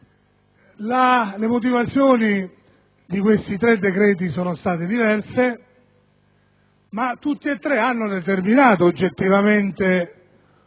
Le motivazioni di questi tre decreti-legge sono state diverse, ma tutte e tre hanno oggettivamente